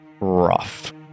rough